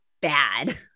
bad